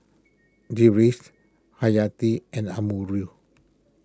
Deris Hayati and Amirul